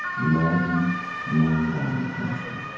loving, nonviolent fashion.